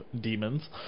demons